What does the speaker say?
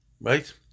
Right